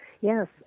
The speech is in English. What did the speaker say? yes